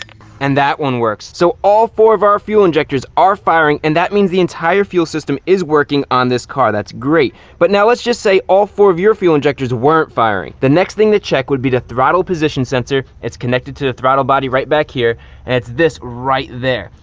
and that one works. so all four of our fuel injectors are firing and that means the entire fuel system is working on this car, that's great. but now let's just say all four of your fuel injectors weren't firing. the next thing to check would be the throttle position sensor. it's connected to the throttle body right back here, and it's this right there.